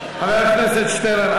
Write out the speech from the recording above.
חבר הכנסת שטרן,